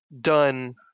done